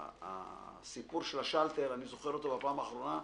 אני זוכר את סיפור השאלטר שהיה בפעם האחרונה.